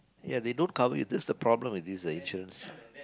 ya they don't cover you that's the problem with this uh insurance